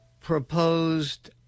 proposed –